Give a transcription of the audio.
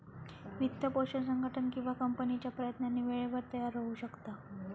वित्तपोषण संघटन किंवा कंपनीच्या प्रयत्नांनी वेळेवर तयार होऊ शकता